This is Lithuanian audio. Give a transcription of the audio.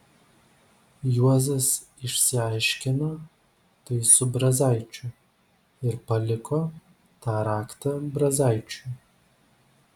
juozas išsiaiškino tai su brazaičiu ir paliko tą raktą brazaičiui